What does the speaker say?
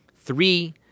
Three